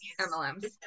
MLMs